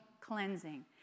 cleansing